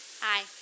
Hi